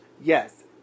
yes